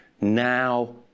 now